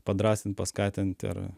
padrąsint paskatint ir